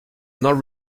not